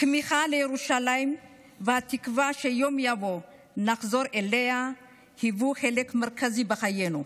הכמיהה לירושלים והתקווה שיום יבוא ונחזור אליה היוו חלק מרכזי בחיינו.